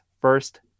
first